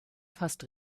fast